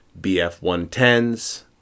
BF-110s